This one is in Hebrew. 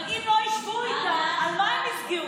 אבל אם לא ישבו איתם, על מה הם יסגרו?